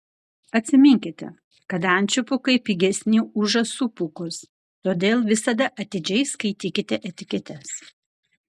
atsiminkite kad ančių pūkai pigesni už žąsų pūkus todėl visada atidžiai skaitykite etiketes